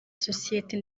sosiyete